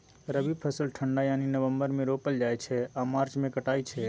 रबी फसल ठंढा यानी नवंबर मे रोपल जाइ छै आ मार्च मे कटाई छै